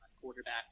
quarterback